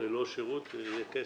ללא שירות יהיה כסף.